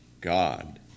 God